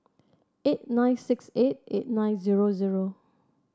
eight nine six eight eight nine zero zero